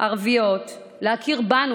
ערביות להכיר בנו,